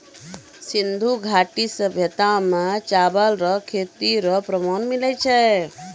सिन्धु घाटी सभ्यता मे चावल रो खेती रो प्रमाण मिललो छै